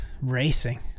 racing